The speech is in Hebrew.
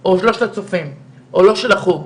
או לא של הצופים או לא של החוג.